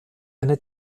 eine